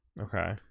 Okay